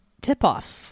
tip-off